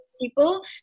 people